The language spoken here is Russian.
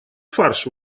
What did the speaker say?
фарш